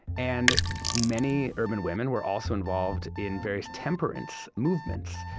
and many urban women were also involved in various temperance movements.